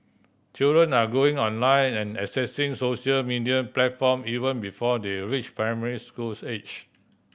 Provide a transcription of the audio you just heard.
children are going online and accessing social media platform even before they reach primary schools age